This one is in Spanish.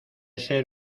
ser